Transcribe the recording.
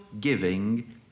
giving